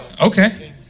okay